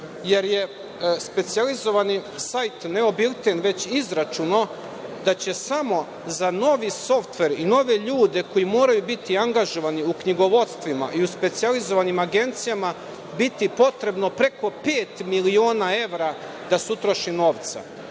jer je specijalizovani sajt Neobilten, već izračunao da će samo za novi softver i nove ljude koji moraju biti angažovani u knjigovodstvima i u specijalizovanim agencijama, biti potrebno preko pet miliona evra, da se utroši novca. Moj